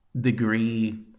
degree